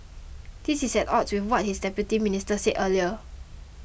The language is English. this is at odds with what his own Deputy Minister said earlier